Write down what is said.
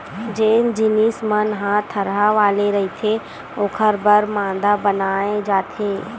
जेन जिनिस मन ह थरहा वाले रहिथे ओखर बर मांदा बनाए जाथे